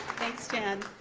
thanks stan.